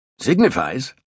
Signifies